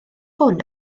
hwn